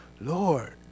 Lord